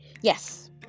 Yes